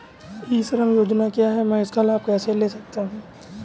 ई श्रम योजना क्या है मैं इसका लाभ कैसे ले सकता हूँ?